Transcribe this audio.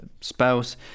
spouse